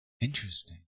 interesting